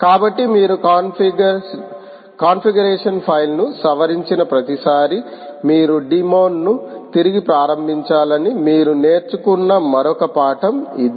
కాబట్టి మీరు కాన్ఫిగరేషన్ ఫైల్ను సవరించిన ప్రతిసారీ మీరు డిమోన్ ను తిరిగి ప్రారంభించాలని మీరు నేర్చుకున్న మరొక పాఠం ఇది